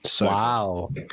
Wow